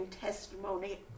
testimony